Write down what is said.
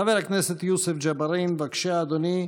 חבר הכנסת יוסף ג'בארין, בבקשה, אדוני,